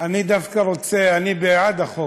אני בעד החוק,